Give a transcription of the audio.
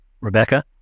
Rebecca